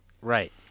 Right